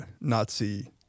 Nazi